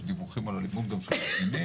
יש דיווחים על אלימות גם של קטינים,